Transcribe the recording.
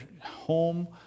home